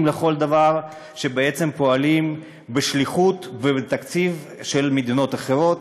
לכל דבר ובעצם פועלים בשליחות ובתקציב של מדינות אחרות.